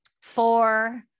four